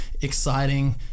exciting